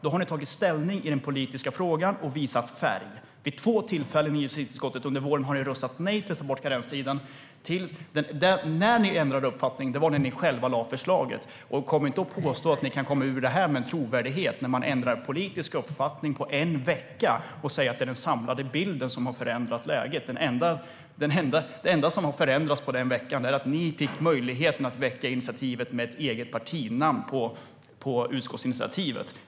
Då har ni tagit ställning i den politiska frågan och visat färg. Vid två tillfällen under våren har ni i justitieutskottet röstat nej till att ta bort karenstiden. När ni ändrade uppfattning var det ni själva som lade fram förslaget. Kom inte och påstå att ni kan komma ur det här med trovärdighet när ni ändrar politisk uppfattning på en vecka och säger att det är den samlade bilden som har förändrat läget! Det enda som förändrades under den veckan var att ni fick möjligheten att väcka initiativet med ert eget partinamn på utskottsinitiativet.